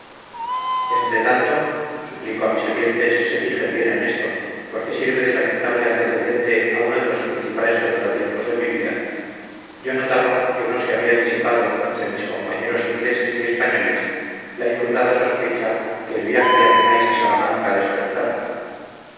entretanto suplico a mis oyentes se fijen bien en esto porque sirve de lamentable antecedente a uno de los principales contratiempos de mi vida yo notaba que no se había disipado entre mis compañeros ingleses y españoles la infundada sospecha que el viaje de athenais a salamanca despertara